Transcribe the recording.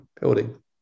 building